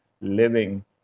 living